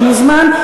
אתה מוזמן,